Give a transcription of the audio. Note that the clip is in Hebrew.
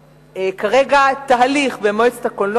באמת בפריפריה נעשית היום עבודה בלתי רגילה בנושא הקולנוע,